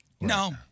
No